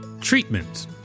Treatment